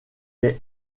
est